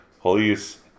police